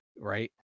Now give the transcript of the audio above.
right